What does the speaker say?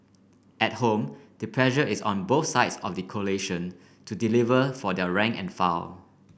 at home the pressure is on both sides of the coalition to deliver for their rank and file